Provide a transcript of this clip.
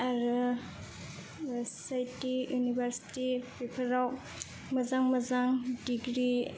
आरो C I T university फोराव मोजां मोजां डिग्रि